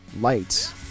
lights